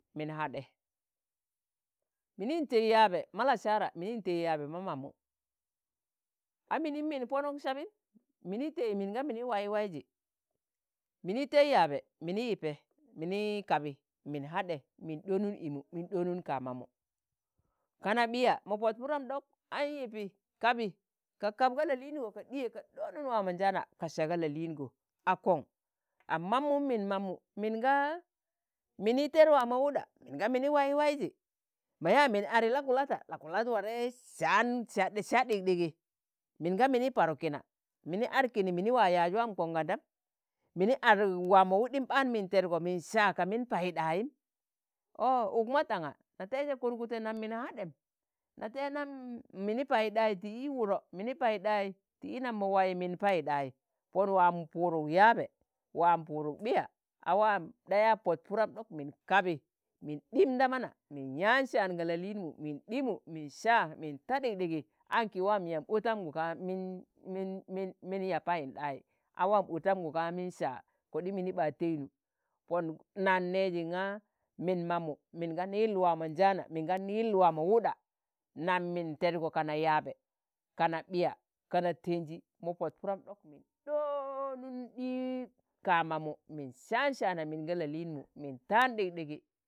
min haɗe, minin tẹi yạabe ma lasạara minin tẹi yạabe ma mamu, a minim min Ponuk sabim, mini tei minga mini wayi waiji, mini tẹi yạabe mini yipe mini kabi, min haɗe, min ɗonun imu min ɗonun ka mamu, kana ɓiya mo Pot Puram ɗuk ank yipi kabi ka kab ga la lịingo ka ɗiye ka ɗọnun waamonjaana ka sạa ga la liingo a kon. am mammum min mamu min ga mini ted waamu wuɗa min ga mini wayi waiji mo yaa min adi la kulata la kulat ware sạan sạa ɗik ɗigi min ga mini Paru kina mini ad kini mini waa yạaz waam kon kandam mini aduk waam mo wuɗin ɓaan min tedgo min sạa ka min Paiɗayim. ọo ukma tanga na taije kurgute nam min haɗem, nate nam mini Paiɗai tii wudo, mini Paidai ti i nam mo wai min Paiɗai. Pon waam puuduk ya̱abe, waam puuduk ɓiya a waam ɗa ya Pod Pudam ɗuk min kabi, min ɗim, da mana min yaan sạan ga la lịinmu min ɗimu, min sạa min ta ɗikɗigi anki waam yamb otamgu ka min- min- min- min- minya Payindai, a waam otamgu ka min Sạa koɗim mini ba tẹyi, Pon nan nẹe ji nga min mamu min gan yil waa mu njaana min gan yil waa mu wuɗa nam min tedgo kana yạabe kana ɓiya, kana tenji mo Pod Puram ɗok min ɗo̱ọnun ɗi kaa mamu min sạan sạana min ga la lịinmu, min tạan ɗikdigi.